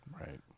Right